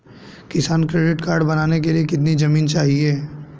किसान credit card बनाने के लिए कितनी जमीन चाहिए?